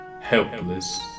Helpless